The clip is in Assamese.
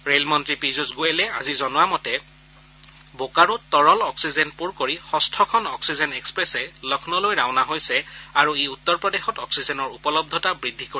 ৰেলমন্ত্ৰী পীয়ূষ গোয়েলে আজি জনোৱা মতে বোকাৰোত তৰল অক্সিজেন পূৰ কৰি ষষ্ঠখন অক্সিজেন এক্সপ্ৰেছে লক্ষ্ণৌলৈ ৰাওনা হৈছে আৰু ই উত্তৰ প্ৰদেশত অক্সিজেনৰ উপলব্ধতা বৃদ্ধি কৰিব